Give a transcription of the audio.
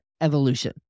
evolution